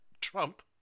Trump